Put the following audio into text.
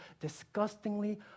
disgustingly